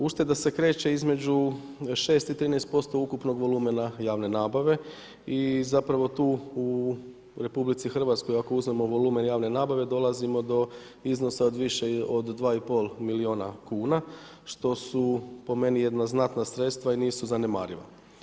Ušteda se kreće između 6 i 13% ukupnog volumena javne nabave i zapravo tu u Republici Hrvatskoj ako uzmemo volumen javne nabave dolazimo do iznosa od više od 2 i pol milijuna kuna što su po meni jedna znatna sredstva i nisu zanemariva.